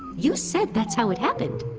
you said that's how it happened